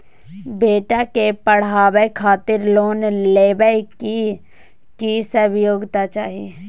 बेटा के पढाबै खातिर लोन लेबै के की सब योग्यता चाही?